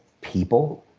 people